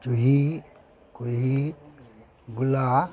ꯆꯨꯍꯤ ꯈꯣꯏꯍꯤ ꯒꯨꯂꯥ